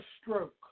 stroke